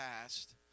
past